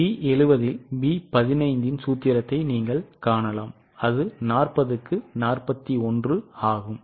B 70 இல் B15n சூத்திரத்தை நீங்கள் காணலாம் அது 40 க்கு 41 ஆகும்